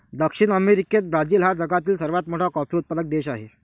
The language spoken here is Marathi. दक्षिण अमेरिकेत ब्राझील हा जगातील सर्वात मोठा कॉफी उत्पादक देश आहे